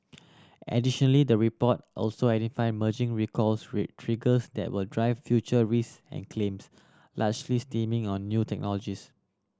additionally the report also identified merging recalls which triggers that will drive future risk and claims largely stemming on new technologies